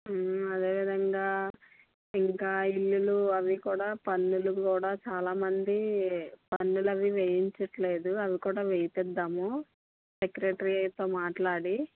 అదే విధంగా ఇంకా ఇళ్ళులు అవి కూడా పన్నులు కూడా చాలామంది పన్నులవి వెయ్యటం లేదు అవి కూడా వెయ్యిద్దాము సెక్రటరీతో మాట్లాడి